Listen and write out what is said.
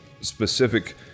specific